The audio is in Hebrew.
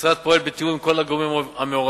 המשרד פועל בתיאום עם כל הגורמים המעורבים,